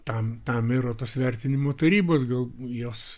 tam tam yra tos vertinimo tarybos gal jos